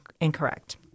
incorrect